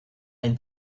ein